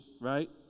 right